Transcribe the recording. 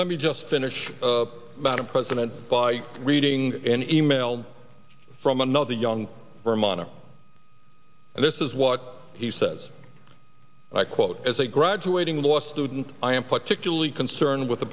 let me just finish up about a president by reading an email from another young vermonter and this is what he says quote as a graduating law student i am particularly concerned with